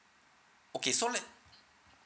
okay so let